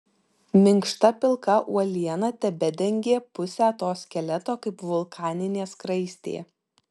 minkšta pilka uoliena tebedengė pusę to skeleto kaip vulkaninė skraistė